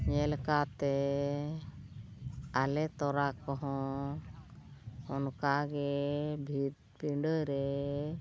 ᱧᱮᱞ ᱠᱟᱛᱮᱫ ᱟᱞᱮ ᱛᱚᱨᱟ ᱠᱚᱦᱚᱸ ᱚᱱᱠᱟ ᱜᱮ ᱵᱷᱤᱛ ᱯᱤᱸᱰᱟᱹᱨᱮ